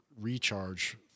recharge